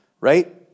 Right